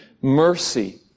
mercy